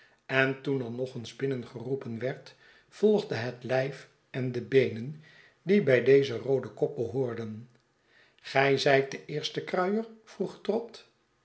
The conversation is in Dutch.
en toen er nog eens binnen geroepen werd volgden het lijf en de beenen die bij dezen rooden kop behoorden gij zijt de eerste kruier vroeg trott